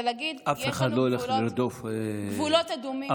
זה להגיד: יש לנו גבולות אדומים.